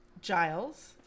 Giles